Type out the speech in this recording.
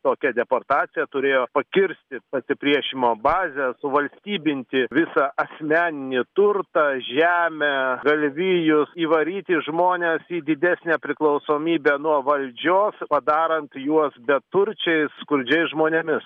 tokia deportacija turėjo pakirsti pasipriešinimo bazę suvalstybinti visą asmeninį turtą žemę galvijus įvaryti žmones į didesnę priklausomybę nuo valdžios padarant juos beturčiais skurdžiais žmonėmis